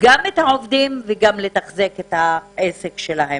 גם את העובדים וגם לתחזק את העסק שלהם?